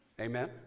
Amen